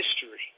history